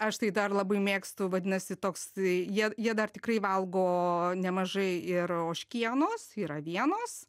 aš tai dar labai mėgstu vadinasi toks jie jie dar tikrai valgo nemažai ir ožkienos ir avienos